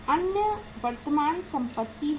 अन्य वर्तमान संपत्ति हैं